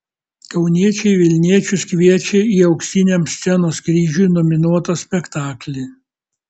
kauniečiai vilniečius kviečia į auksiniam scenos kryžiui nominuotą spektaklį